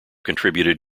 contributed